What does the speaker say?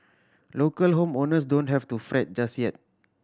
local home owners don't have to fret just yet